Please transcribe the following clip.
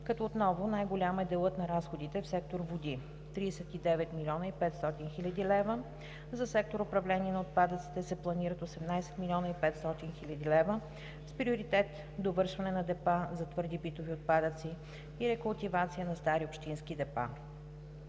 като отново най-голям е делът на разходите в сектор „Води“ – 39 млн. 500 хил. лв. За сектор „Управление на отпадъците“ се планират 18 млн. 500 хил. лв. с приоритет за довършване на депа за твърди битови отпадъци и рекултивация на стари общински депа.